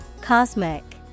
Cosmic